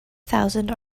thousand